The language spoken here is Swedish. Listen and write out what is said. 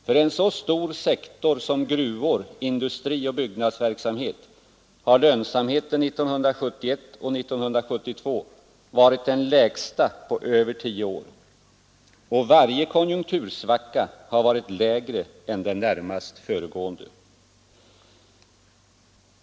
För en så stor sektor som gruvor, industrioch byggnadsverksamhet har lönsamheten 1971 och 1972 varit den lägsta på över tio år, och varje konjunktursvacka har varit djupare än den närmast föregående.